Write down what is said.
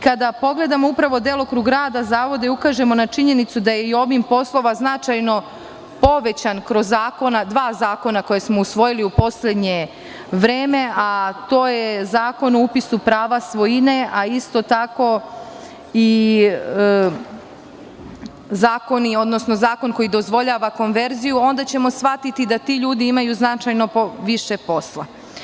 Kada pogledamo upravo delokrug rada zavoda i ukažemo na činjenicu da je i obim poslova značajno povećan kroz dva zakona koja smo usvojili u poslednje vreme – Zakon o upisu prava svojine, a isto tako i zakon koji dozvoljava konverziju, onda ćemo shvatiti da ti ljudi imaju značajno više posla.